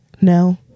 no